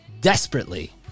desperately